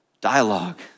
dialogue